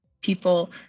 people